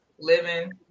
living